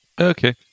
Okay